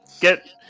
get